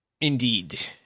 indeed